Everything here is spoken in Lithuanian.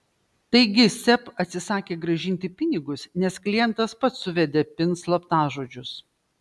taigi seb atsisakė grąžinti pinigus nes klientas pats suvedė pin slaptažodžius